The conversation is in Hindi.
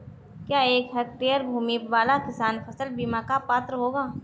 क्या एक हेक्टेयर भूमि वाला किसान फसल बीमा का पात्र होगा?